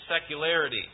secularity